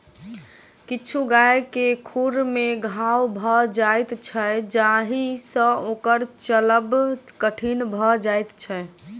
किछु गाय के खुर मे घाओ भ जाइत छै जाहि सँ ओकर चलब कठिन भ जाइत छै